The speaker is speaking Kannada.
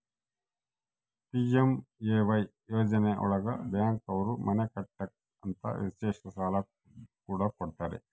ಪಿ.ಎಂ.ಎ.ವೈ ಯೋಜನೆ ಒಳಗ ಬ್ಯಾಂಕ್ ಅವ್ರು ಮನೆ ಕಟ್ಟಕ್ ಅಂತ ವಿಶೇಷ ಸಾಲ ಕೂಡ ಕೊಡ್ತಾರ